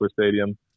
stadium